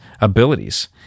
abilities